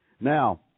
Now